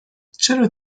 چرا